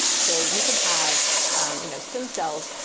so you can have um you know stem cells.